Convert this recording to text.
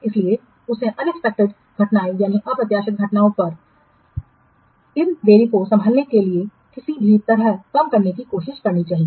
इसलिए उसे अप्रत्याशित घटनाओं पर इन देरी को संभालने के लिए किसी भी तरह कम करने की कोशिश करनी चाहिए